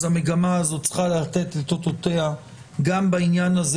אז המגמה הזאת צריכה לתת את אותותיה גם בעניין הזה.